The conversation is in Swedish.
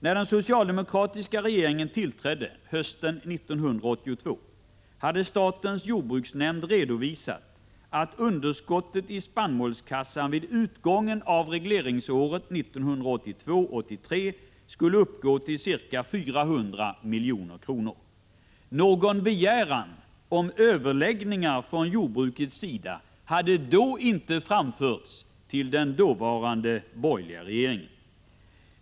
När den socialdemokratiska regeringen tillträdde hösten 1982, hade statens jordbruksnämnd redovisat att underskottet i spannmålskassan vid utgången av regleringsåret 1982/83 skulle uppgå till ca 400 milj.kr. Någon begäran om överläggningar från jordbrukets sida hade då inte framförts till den dåvarande borgerliga regeringen.